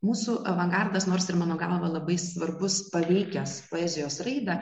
mūsų avangardas nors ir mano galva labai svarbus paveikęs poezijos raidą